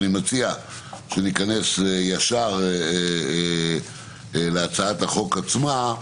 אני מציע שניכנס ישר להצעת החוק עצמה,